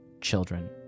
children